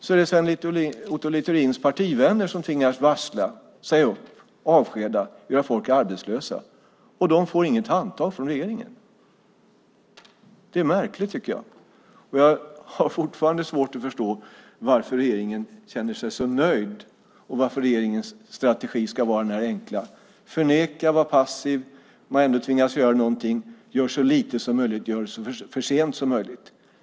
Det är alltså Sven Otto Littorins partivänner som tvingas varsla, säga upp, avskeda och göra folk arbetslösa, och de får inget handtag från regeringen. Det är märkligt. Jag har fortfarande svårt att förstå varför regeringen känner sig så nöjd och varför strategin är att förneka och vara passiv. Tvingas man göra något gör man så lite som möjligt så sent som möjligt.